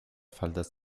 faldas